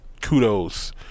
kudos